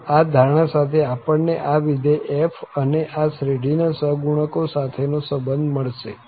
આમ આ ધારણા સાથે આપણ ને આ વિધેય f અને આ શ્રેઢીના સહગુણકો સાથે નો સંબંધ મળશે